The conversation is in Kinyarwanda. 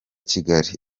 kigali